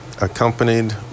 accompanied